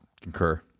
Concur